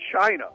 China